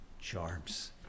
charms